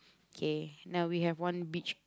kay now we have one beach